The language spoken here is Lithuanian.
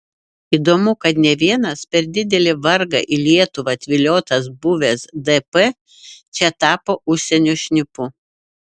įdomu kad ne vienas per didelį vargą į lietuvą atviliotas buvęs dp čia tapo užsienio šnipu